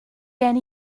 gen